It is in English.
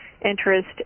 interest